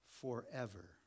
forever